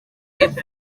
y’epfo